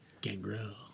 Gangrel